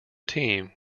team